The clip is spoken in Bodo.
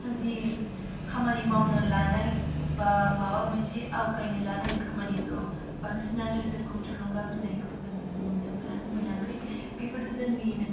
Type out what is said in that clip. जि खामानि मावनो लानाय बा माबा मोनसे आवगायनो लानाय खामानिफ्राव बांसिनानो जोंखौ थुलुंगा होनायखौ जोङो नुनोफ्रा मोनाखै बिफोरो जोंनिनो